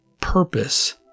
Purpose